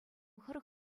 хӑрӑк